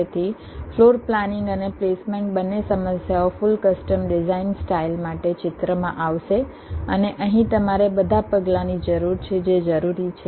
તેથી floor planning અને placement બંને સમસ્યાઓ ફુલ કસ્ટમ ડિઝાઇન સ્ટાઇલ માટે ચિત્રમાં આવશે અને અહીં તમારે બધા પગલાંની જરૂર છે જે જરૂરી છે